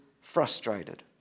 frustrated